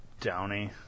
downy